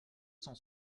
cent